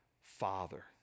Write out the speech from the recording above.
Father